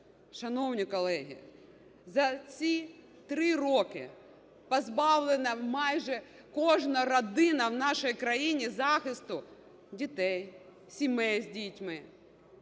Шановні колеги, за ці 3 роки позбавлена майже кожна родина в нашій країні захисту дітей, сімей з дітьми,